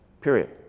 period